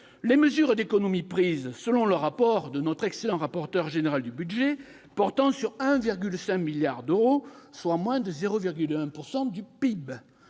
les mesures d'économies prises, selon le rapport de notre excellent rapporteur général de la commission des finances, portant sur 1,5 milliard d'euros, soit moins de 0,1 % du PIB.